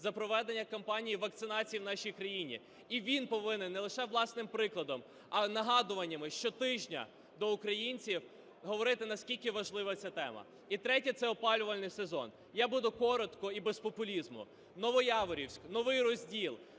за проведення кампанії вакцинації в нашій країні, і він повинен не лише власним прикладом, а нагадуваннями щотижня до українців говорити, наскільки важлива ця тема. І третє – це опалювальний сезон. Я буду коротко і без популізму. Новояворівськ, Новий Розділ,